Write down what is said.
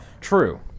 True